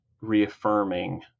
reaffirming